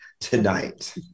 tonight